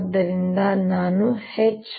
ಅದರಿಂದ ನಾನು H